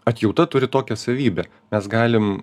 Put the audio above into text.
atjauta turi tokią savybę mes galim